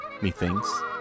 methinks